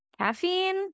caffeine